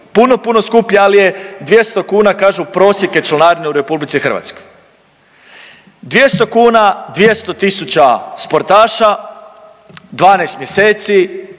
puno, puno skuplji ali je 200 kuna kažu prosjek je članarine u RH. 200 kuna 200.000 sportaša, 12 mjeseci